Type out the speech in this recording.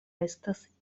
estas